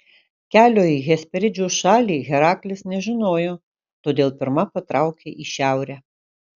kelio į hesperidžių šalį heraklis nežinojo todėl pirma patraukė į šiaurę